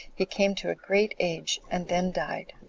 he came to a great age, and then died.